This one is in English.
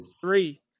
Three